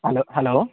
hello hello